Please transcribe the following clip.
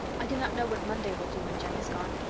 i do not know what monday will do when jem is gone.